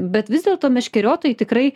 bet vis dėlto meškeriotojai tikrai